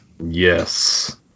Yes